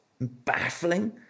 baffling